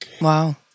Wow